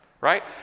Right